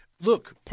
Look